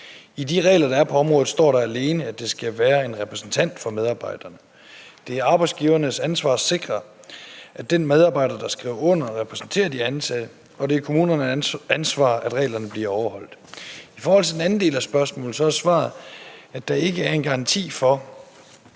I de regler, der er på området, står der alene, at det skal være en repræsentant for medarbejderne. Det er arbejdsgivernes ansvar at sikre, at den medarbejder, der skriver under, repræsenterer de ansatte, og det er kommunernes ansvar, at reglerne bliver overholdt. I forhold til den anden del af spørgsmålet er svaret, at der ikke er en garanti for,